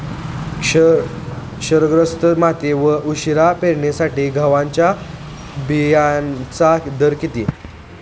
क्षारग्रस्त माती आणि उशिरा पेरणीसाठी गव्हाच्या बियाण्यांचा दर किती?